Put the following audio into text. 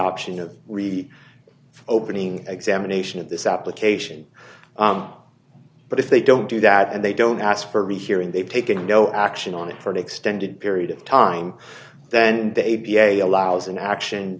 option of really opening examination of this application but if they don't do that and they don't ask for a rehearing they've taken no action on it for an extended period of time then the a b a allows an action